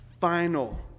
final